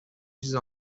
چیزو